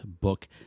book